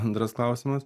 antras klausimas